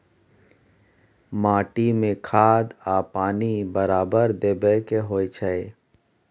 माटी में खाद आ पानी बराबर देबै के होई छै